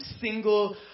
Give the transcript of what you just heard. single